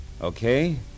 Okay